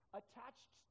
attached